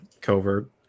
covert